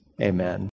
Amen